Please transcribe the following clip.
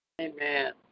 Amen